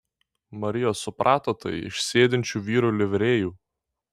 marija suprato tai iš sėdinčių vyrų livrėjų